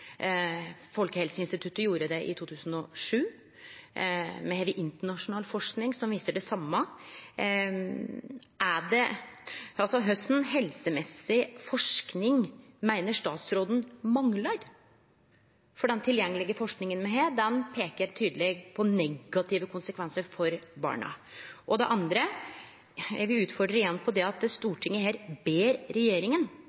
Folkehelseinstituttet gjorde det i 2007. Me har internasjonal forsking som viser det same. Kva helsemessig forsking meiner statsråden manglar? For den tilgjengelege forskinga me har, peiker tydeleg på negative konsekvensar for barna. Og det andre: Eg vil igjen utfordre på at